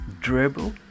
Dribble